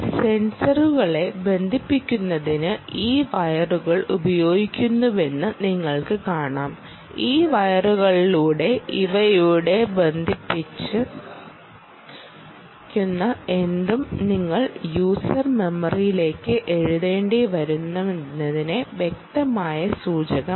സെൻസറുകളെ ബന്ധിപ്പിക്കുന്നതിന് ഈ വയറുകൾ ഉപയോഗിക്കുന്നുവെന്ന് നിങ്ങൾക്ക് കാണാം ഈ വയറുകളിലൂടെ ഇവയുമായി ബന്ധിപ്പിച്ചിരിക്കുന്ന എന്തും നിങ്ങൾ യൂസർ മെമ്മറിയിലേക്ക് എഴുതേണ്ടിവരുമെന്നതിന്റെ വ്യക്തമായ സൂചകമാണ്